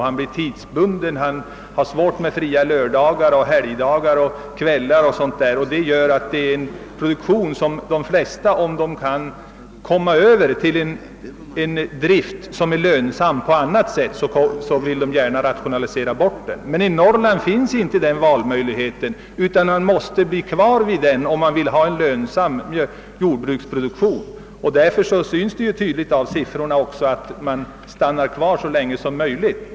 Han blir tidsbunden, har svårt att få fria lördagar, helgdagar, kvällar o.s.v. Detta gör att de flesta, som kan få en lönsam drift på annat sätt, gärna vill rationalisera bort mjölkproduktionen. Men denna valmöjlighet finns inte i Norrland, utan man måste bli kvar och fortsätta med mjölkproduktion om man vill ha en någorlunda lönsam jordbruksproduktion. Det syns också tydligt av siffrorna att man stannar kvar så länge som möjligt.